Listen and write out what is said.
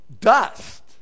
dust